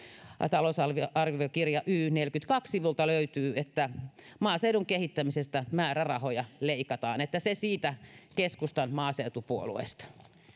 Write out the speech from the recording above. talousarviokirjan sivulta y neljäkymmentäkaksi löytyy että maaseudun kehittämisestä määrärahoja leikataan että se siitä keskustan maaseutupuolueesta